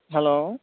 hello